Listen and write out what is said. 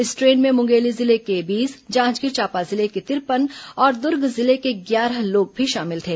इस ट्रेन में मुंगेली जिले के बीस जांजगीर चांपा जिले के तिरपन और दुर्ग जिले के ग्यारह लोग भी शामिल थे